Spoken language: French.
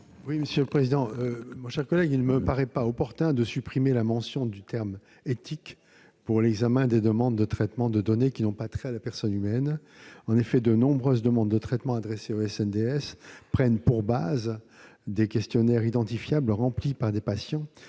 commission ? Mon cher collègue, il ne me paraît pas opportun de supprimer la mention du terme « éthique » pour l'examen des demandes de traitement de données qui n'ont pas trait à la personne humaine. En effet, de nombreuses demandes de traitement adressées au SNDS prennent pour base des questionnaires identifiables remplis par des patients,